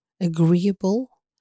agreeable